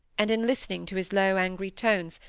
and, in listening to his low angry tones,